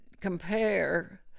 compare